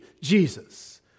Jesus